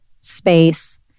space